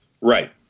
Right